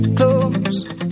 close